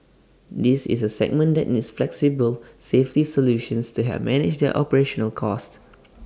this is A segment that needs flexible safety solutions to help manage their operational costs